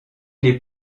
les